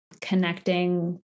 connecting